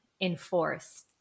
enforce